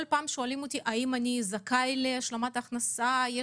כל פעם שואלים אותי האם זכאים להשלמת הכנסה עם